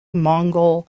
mongol